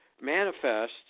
manifest